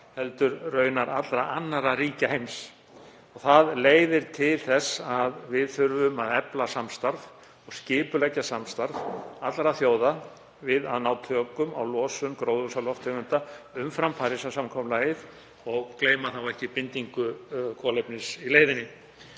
heldur allra annarra ríkja heims. Það leiðir til þess að við þurfum að efla og skipuleggja samstarf allra þjóða við að ná tökum á losun gróðurhúsalofttegunda umfram Parísarsamkomulagið og gleyma þá ekki bindingu kolefnis í leiðinni.